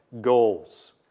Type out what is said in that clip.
goals